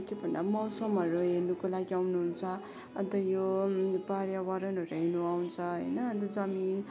के भन्नु अब मौसमहरू हेर्नुको लागि आउनुहुन्छ अन्त यो पर्यावरणहरू हेर्नु आउँछ होइन अन्त जमिन